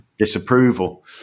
Disapproval